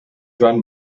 joan